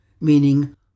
meaning